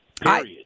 Period